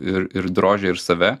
ir ir drožia ir save